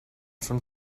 from